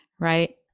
right